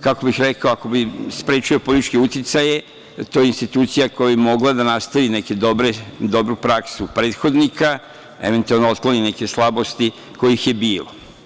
kako bih rekao, ako bi sprečio političke uticaje, da je to institucija koja bi mogla da nastavi neku dobru praksu prethodnika, eventualno otkloni neke slabosti kojih je bilo.